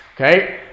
Okay